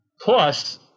Plus